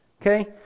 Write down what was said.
Okay